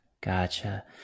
Gotcha